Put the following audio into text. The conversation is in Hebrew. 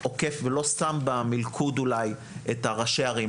עוקף ולא שם במלכוד אולי את ראשי הערים,